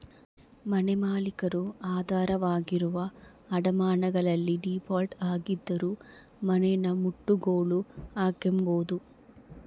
ಮನೆಮಾಲೀಕರು ಆಧಾರವಾಗಿರುವ ಅಡಮಾನಗಳಲ್ಲಿ ಡೀಫಾಲ್ಟ್ ಆಗಿದ್ದರೂ ಮನೆನಮುಟ್ಟುಗೋಲು ಹಾಕ್ಕೆಂಬೋದು